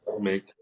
make